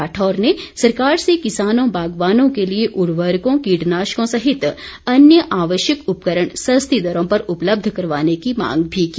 राठौर ने सरकार से किसानों बागवानों के लिए उर्वरकों कीटनाशकों सहित अन्य आवश्यक उपकरण सस्ती दरों पर उपलब्ध करवाने की मांग भी की